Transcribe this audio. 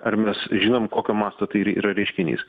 ar mes žinom kokio masto tai yra reiškinys